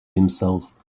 himself